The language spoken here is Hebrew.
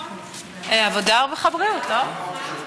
עבודה, רווחה ובריאות, לא?